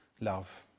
love